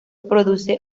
produce